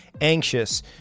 anxious